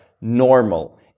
normal